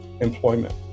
employment